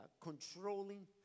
controlling